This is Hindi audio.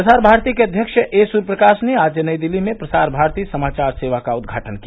प्रसार भारती के अध्यक्ष ए सूर्यप्रकाश ने आज नई दिल्ली में प्रसार भारती समाचार सेवा का उद्घाटन किया